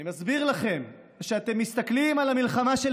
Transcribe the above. אני מסביר לכם שאתם מסתכלים על המלחמה של